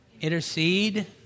intercede